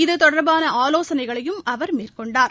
இது தொடர்பான ஆலோசனைகளையும் அவர் மேற்கொண்டார்